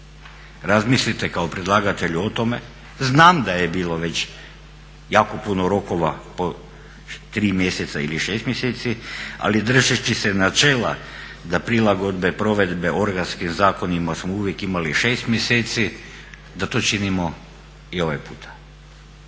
Razmislite kao predlagatelj o tome, znam da je bilo već jako puno rokova po 3 mjeseca ili 6 mjeseci, ali držeći se načela da prilagodbe provedbe organskim zakonima smo uvijek imali 6 mjeseci, da to činimo i ovaj puta.